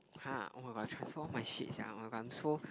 !huh! oh-my-god I transfer all my shit sia oh-my-god I'm so